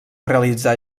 realitzar